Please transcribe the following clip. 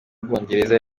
bwongereza